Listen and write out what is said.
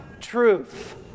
truth